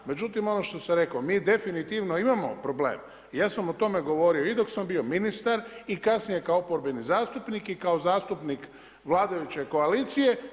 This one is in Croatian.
Međutim, ono što sam rekao, mi definitivno imamo problem, ja sam o tome govorio i dok sam bio ministar i kasnije kao oporbeni zastupnik i kao zastupnik vladajuće koalicije.